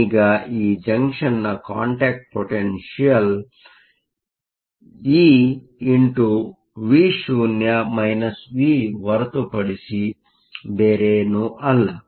ಆದ್ದರಿಂದ ಈಗ ಈ ಜಂಕ್ಷನ್ನ ಕಾಂಟ್ಯಾಕ್ಟ್ ಪೊಟೆನ್ಷಿಯಲ್ E ಹೊರತುಪಡಿಸಿ ಬೇರೇನೂ ಅಲ್ಲ